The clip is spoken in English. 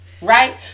right